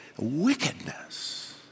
wickedness